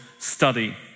study